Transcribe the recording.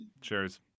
Cheers